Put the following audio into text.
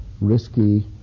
risky